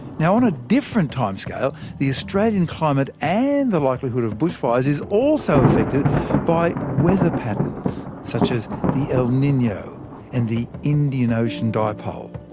on a different time scale, the australian climate, and the liklehood of bushfires, is also affected by weather patterns such as the el nino and the indianocean dipole,